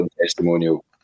testimonial